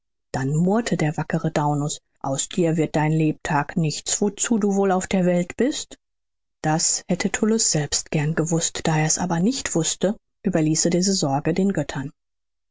dann murrte der wackere daunus aus dir wird dein lebtage nichts wozu du wohl auf der welt bist das hätte tullus selbst gern gewußt da er es aber nicht wußte überließ er diese sorge den göttern